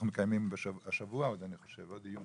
אנחנו מקיימים השבוע עוד דיון,